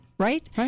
Right